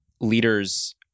leaders